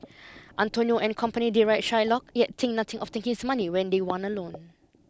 Antonio and company deride Shylock yet think nothing of taking his money when they want a loan